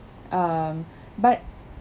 um but